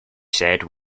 said